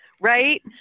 right